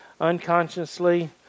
unconsciously